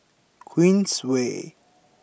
Queensway